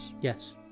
Yes